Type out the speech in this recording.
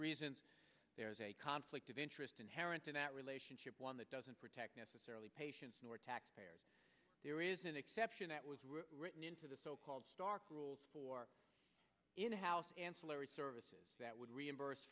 reasons there is a conflict of interest inherent in that relationship one that doesn't protect necessarily pay more tax there is an exception that was written into the so called stark rules for in house ancillary services that would reimburse